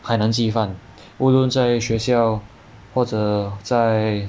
海南鸡饭无论在学校或者在